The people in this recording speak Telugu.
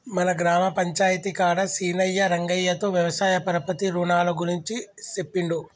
మన గ్రామ పంచాయితీ కాడ సీనయ్యా రంగయ్యతో వ్యవసాయ పరపతి రునాల గురించి సెప్పిండు